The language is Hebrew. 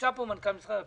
נמצא פה מנכ"ל משרד הפנים.